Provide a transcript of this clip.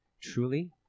truly